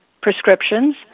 prescriptions